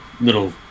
little